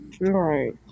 Right